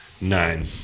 Nine